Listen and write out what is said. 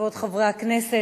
כבוד חברי הכנסת,